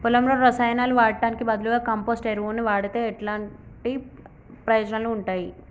పొలంలో రసాయనాలు వాడటానికి బదులుగా కంపోస్ట్ ఎరువును వాడితే ఎలాంటి ప్రయోజనాలు ఉంటాయి?